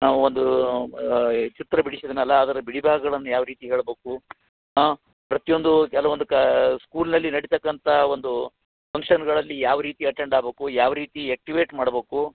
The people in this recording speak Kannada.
ನಾವು ಒಂದು ಚಿತ್ರ ಬಿಡಿಸಿದ್ನಲ್ಲ ಅದ್ರ ಬಿಡಿ ಭಾಗಗಳನ್ನು ಯಾವ ರೀತಿ ಹೇಳ್ಬೇಕು ಆಂ ಪ್ರತಿಯೊಂದು ಕೆಲವೊಂದು ಕಾ ಸ್ಕೂಲಿನಲ್ಲಿ ನಡೀತಕ್ಕಂಥ ಒಂದು ಫಂಕ್ಷನ್ನುಗಳಲ್ಲಿ ಯಾವ ರೀತಿ ಅಟೆಂಡ್ ಆಗ್ಬೇಕು ಯಾವ ರೀತಿ ಯಕ್ಟಿವೇಟ್ ಮಾಡಬೇಕು